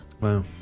Wow